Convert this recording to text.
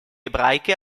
ebraiche